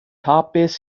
hapus